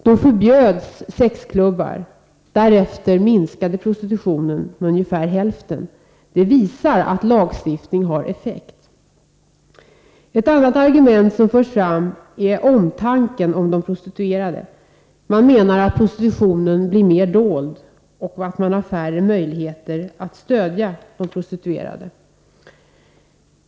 Då förbjöds sexklubbar. Därefter minskade prostitutionen med ungefär hälften. Det visar att lagstiftning har effekt. Ett annat argument som förts fram är omtanken om de prostituerade. Man menar att om prostitutionen blir mer dold får man färre möjligheter att stödja de prostituerade.